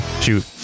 shoot